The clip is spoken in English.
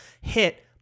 hit